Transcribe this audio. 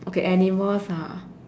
okay animals ah